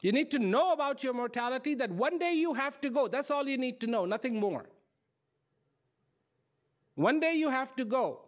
you need to know about your mortality that one day you have to go that's all you need to know nothing more one day you have to go